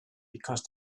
because